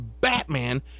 Batman